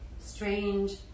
strange